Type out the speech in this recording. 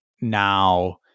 now